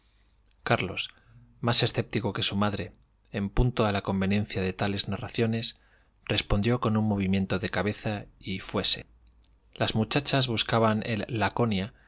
carlos más escéptico que su madre en punto a la conveniencia de tales narraciones respondió con un movimiento de cabeza y fuése las muchachas buscaban el laconia